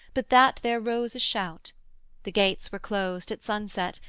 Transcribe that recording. but that there rose a shout the gates were closed at sunset,